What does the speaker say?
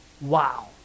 Wow